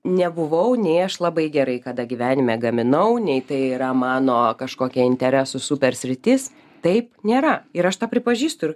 nebuvau nei aš labai gerai kada gyvenime gaminau nei tai yra mano kažkokia interesų super sritis taip nėra ir aš tą pripažįstu ir